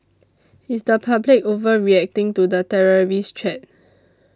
is the public overreacting to the terrorist threat